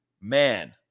man